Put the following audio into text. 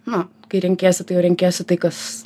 nu kai renkiesi tai jau renkiesi tai kas